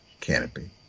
canopy